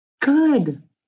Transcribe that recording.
Good